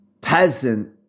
peasant